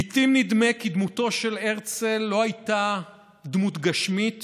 לעיתים נדמה כי דמותו של הרצל לא הייתה דמות גשמית